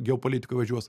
geopolitikoj važiuos